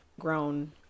grown